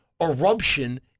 Eruption